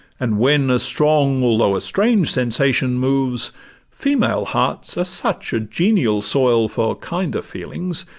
and, when a strong although a strange sensation moves female hearts are such a genial soil for kinder feelings,